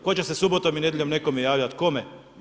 Tko će se subotom i nedjelje nekome javljat, kome?